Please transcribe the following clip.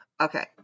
okay